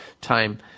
time